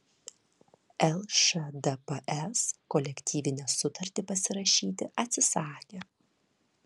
lšdps kolektyvinę sutartį pasirašyti atsisakė